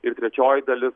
ir trečioji dalis